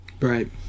Right